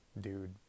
dude